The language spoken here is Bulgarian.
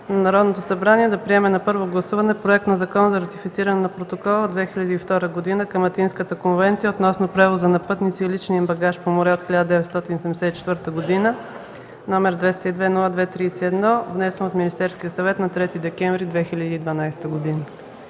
Народното събрание да приеме на първо гласуване проект на Закон за ратифициране на Протокола от 2002 г. към Атинската конвенция относно превоза на пътници и личния им багаж по море от 1974 г., № 202-02-31, внесен от Министерския съвет на 3 декември 2012 г.”